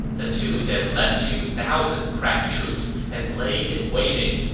the two then led two thousand crack troops and lay in waiting.